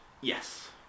Yes